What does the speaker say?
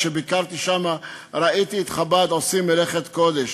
כשביקרתי שם ראיתי את חב"ד עושים מלאכת קודש.